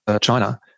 China